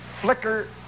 flicker